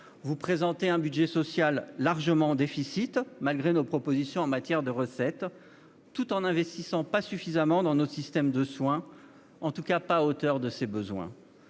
Vous présentez un budget social largement en déficit malgré nos propositions en matière de recettes, tout en n'investissant pas suffisamment dans notre système de soins, du moins pas à la hauteur des besoins.